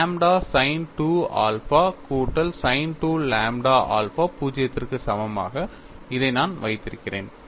lambda sin 2 alpha கூட்டல் sin 2 lambda alpha 0 க்கு சமமாக இதை நான் வைத்திருக்கிறேன்